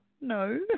no